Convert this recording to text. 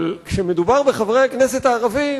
אבל כשמדובר בחברי הכנסת הערבים,